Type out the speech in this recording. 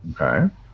Okay